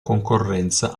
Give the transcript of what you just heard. concorrenza